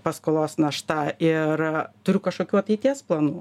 paskolos našta ir turiu kažkokių ateities planų